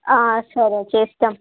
సరే చేస్తాం